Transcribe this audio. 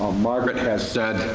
margaret has said,